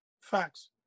facts